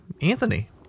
Anthony